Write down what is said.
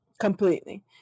completely